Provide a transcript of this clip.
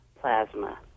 plasma